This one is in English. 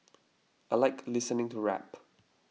I like listening to rap